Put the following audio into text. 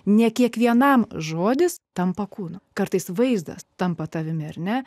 ne kiekvienam žodis tampa kūnu kartais vaizdas tampa tavimi ar ne